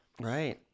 right